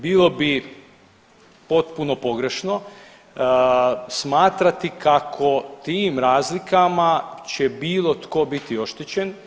Bilo bi potpuno pogrešno smatrati kako tim razlikama će bilo tko biti oštećen.